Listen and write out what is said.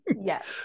Yes